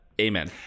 amen